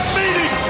meeting